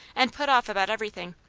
and put off about everything,